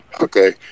Okay